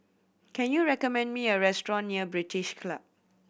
can you recommend me a restaurant near British Club